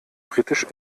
britisch